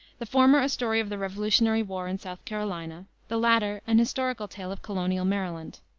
the former a story of the revolutionary war in south carolina the latter an historical tale of colonial maryland.